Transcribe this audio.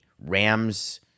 Rams